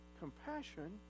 compassion